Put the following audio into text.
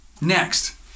Next